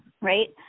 Right